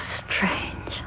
strange